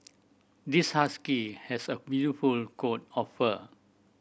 this husky has a beautiful coat of fur